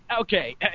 Okay